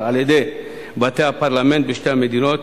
על-ידי בתי-הפרלמנט בשתי המדינות,